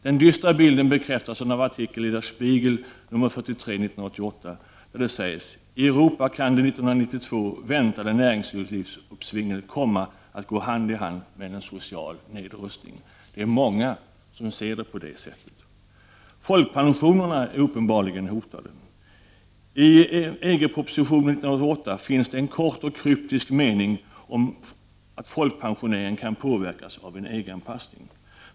Den dystra bilden bekräftas av en artikel i Der Spiegel nr 43/88, där det sägs: ”I Europa kan det 1992 väntade näringslivsuppsvinget komma att gå hand i hand med en social nedrustning.” Det är många som ser det på det sättet. Folkpensionerna är uppenbarligen hotade. I EG-propositionen 1988 finns det en kort och kryptisk mening om att folkpensioneringen kan påverkas av en EG-anpassning.